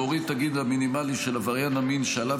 להוריד את הגיל המינימלי של עבריין המין שעליו